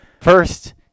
First